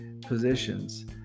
positions